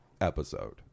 episode